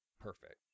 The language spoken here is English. perfect